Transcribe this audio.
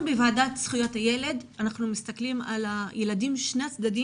אנחנו בוועדת זכויות הילד מסתכלים על הילדים משני הצדדים,